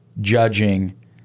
judging